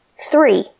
three